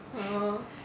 orh